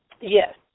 Yes